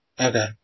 Okay